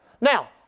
Now